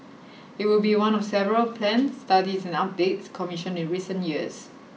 it would be one of several plans studies and updates commissioned in recent years